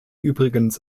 übrigens